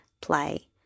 play